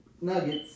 nuggets